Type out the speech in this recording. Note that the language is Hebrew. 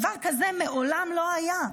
דבר כזה מעולם לא היה.